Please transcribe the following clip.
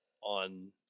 on